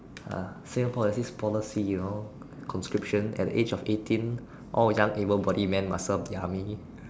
uh Singapore has this policy you know conscription at the age of eighteen all young able bodied men must serve the army